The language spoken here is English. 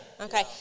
Okay